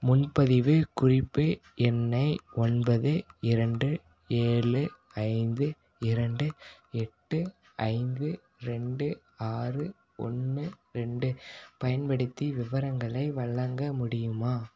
முன்பதிவு குறிப்பு எண்ணை ஒன்பது இரண்டு ஏழு ஐந்து இரண்டு எட்டு ஐந்து ரெண்டு ஆறு ஒன்று ரெண்டு பயன்படுத்தி விவரங்களை வழங்க முடியுமா